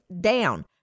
down